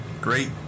Great